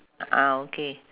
ah okay